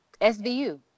SVU